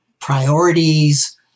priorities